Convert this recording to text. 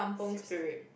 serious topics